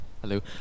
Hello